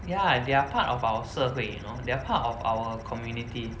ya they are part of our 社会 you know they are part of our community